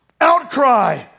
outcry